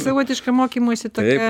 savotiškai mokymosi tokia